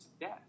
death